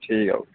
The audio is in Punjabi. ਠੀਕ ਆ ਓਕੇ